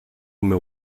meu